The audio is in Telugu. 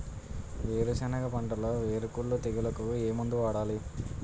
వేరుసెనగ పంటలో వేరుకుళ్ళు తెగులుకు ఏ మందు వాడాలి?